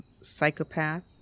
psychopath